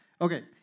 okay